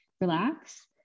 relax